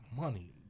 money